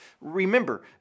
Remember